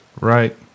Right